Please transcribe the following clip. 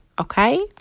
okay